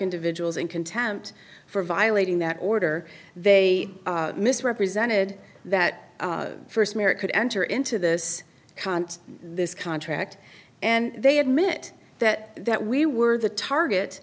individuals in contempt for violating that order they misrepresented that first marriage could enter into this can't this contract and they admit that that we were the target